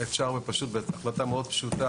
אפשר בהחלטה מאוד פשוטה,